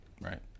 right